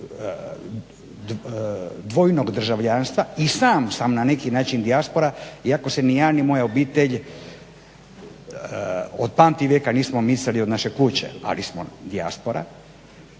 dvojnog državljanstva i sam sam na neki način dijaspora, iako se ni ja ni moja obitelj od pamtivijeka nismo micali od naše kuće ali smo dijaspora